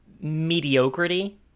mediocrity